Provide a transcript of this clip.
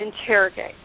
Interrogate